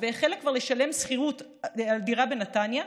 והחלה כבר לשלם שכירות על דירה בנתניה.